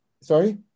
sorry